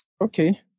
Okay